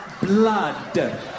BLOOD